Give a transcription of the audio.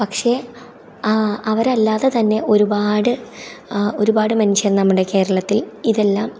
പക്ഷെ അവരല്ലാതെ തന്നെ ഒരുപാട് ഒരുപാട് മനുഷ്യൻ നമ്മുടെ കേരളത്തിൽ ഇതെല്ലം